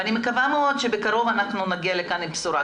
אני מקווה מאוד שבקרוב נגיע לכאן עם בשורה,